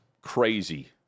crazy